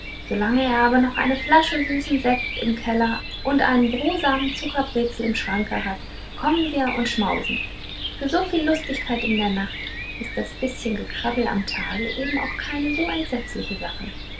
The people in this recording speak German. er aber noch eine flasche süßen sekt im keller und ein brosamen zuckerbrezel im schranke hat kommen wir und schmausen für soviel lustigkeit in der nacht ist das bißchen gekrabbel am tage eben auch keine so entsetzliche sache